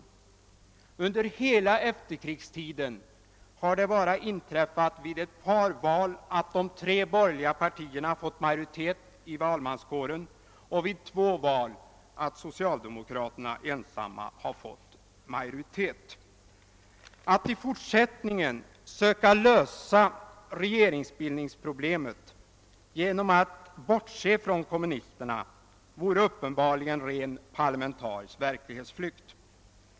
Under hela efterkrigstiden har det bara inträffat vid ett par val att de tre borgerliga partierna fått majoritet i valmanskåren och vid två val att socialdemokraterna ensamma har fått majoritet. Att i fortsättningen söka lösa regeringsbildningsproblemet genom =: att bortse från kommunisterna vore uppenbarligen ren parlamentarisk verklighetsflykt.